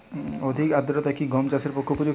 অধিক আর্দ্রতা কি গম চাষের পক্ষে উপযুক্ত?